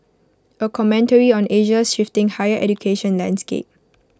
A commentary on Asia's shifting higher education landscape